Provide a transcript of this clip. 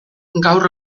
gaur